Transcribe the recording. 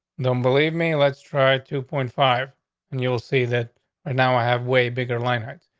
don't believe me. let's try two point five and you will see that now i have way bigger leinart.